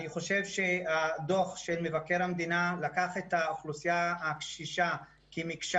אני חושב שהדוח של מבקר המדינה לקח את האוכלוסייה הקשישה כמקשה